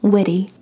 Witty